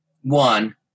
one